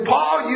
Paul